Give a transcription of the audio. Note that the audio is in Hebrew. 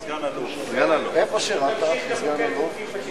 תמשיך לחוקק חוקים פאשיסטיים.